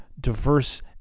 diverse